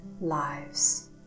lives